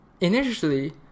initially